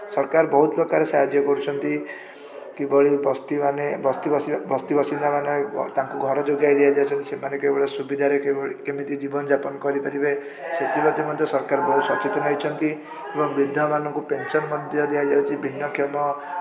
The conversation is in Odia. ସରକାର ବହୁତପ୍ରକାର ସାହାଯ୍ୟ କରୁଛନ୍ତି କିଭଳି ବସ୍ତିମାନେ ବସ୍ତି ବସିବା ବସ୍ତି ବାସିନ୍ଧା ତାଙ୍କୁ ଘର ଯୋଗେଇ ଦିଆଯାଉଛି ସେମାନେ କେମିତି ସୁବିଧାରେ କିଭଳି କେମିତି ଜୀବନଯାପନ କରିପାରିବେ ସେଥିପ୍ରତି ମଧ୍ୟ ସରକାର ବହୁତ ସଚେତନ ହେଇଛନ୍ତି ଏବଂ ବିଧବାମାନଙ୍କୁ ପେନସନ୍ ମଧ୍ୟ ଦିଆଯାଉଛି ଭିନ୍ନକ୍ଷମ